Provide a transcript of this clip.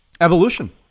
evolution